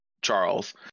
Charles